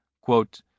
Quote